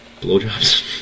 blowjobs